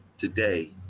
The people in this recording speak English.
today